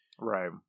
right